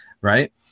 right